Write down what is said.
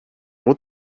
what